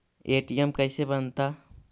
ATM कैसे बनता?